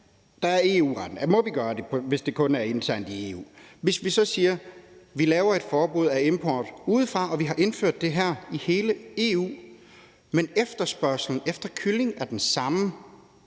der er EU-retten, og om vi må gøre det, hvis det kun er internt i EU, og hvis vi så siger, at vi laver et forbud af import udefra, og vi har indført det her i hele EU, men efterspørgslen efter kylling er den samme,